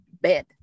bed